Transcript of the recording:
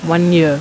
one year